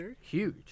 huge